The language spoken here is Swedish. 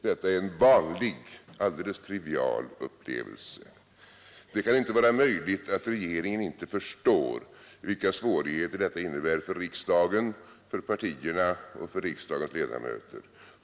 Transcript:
Detta är en vanlig, alldeles trivial upplevelse. Det kan inte vara möjligt att regeringen inte förstår vilka svårigheter detta innebär för riksdagen, för partierna och för riksdagens ledamöter.